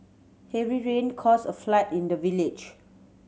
heavy rain caused a flood in the village